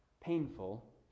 painful